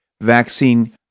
vaccine